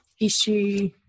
issue